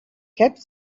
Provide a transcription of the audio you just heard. keep